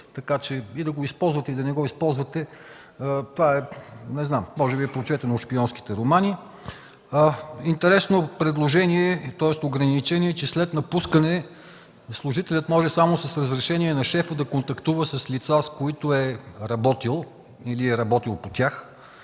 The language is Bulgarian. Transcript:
така че и да го използвате, и да не го използвате, това може би е прочетено в шпионските романи. Интересно ограничение е, че след напускане служителят може само с разрешение на шефа да контактува с лица, с които е работил или е работил по тях.